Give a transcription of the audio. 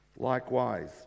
Likewise